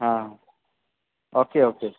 હા okay okay